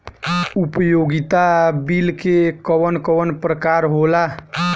उपयोगिता बिल के कवन कवन प्रकार होला?